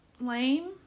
lame